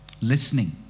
listening